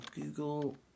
Google